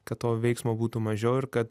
kad to veiksmo būtų mažiau ir kad